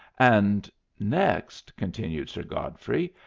and next, continued sir godfrey,